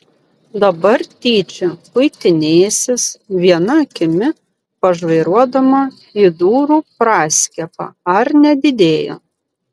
dabar tyčia kuitinėsis viena akimi pažvairuodama į durų praskiepą ar nedidėja